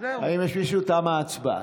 מרים סטרוק יוצאת מאולם המליאה.)